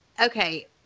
okay